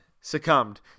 succumbed